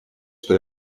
что